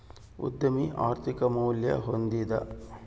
ಉದ್ಯಮಿ ಆರ್ಥಿಕ ಮೌಲ್ಯ ಹೊಂದಿದ